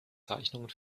zeichnungen